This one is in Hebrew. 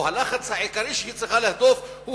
או הלחץ העיקרי שהיא צריכה להדוף הוא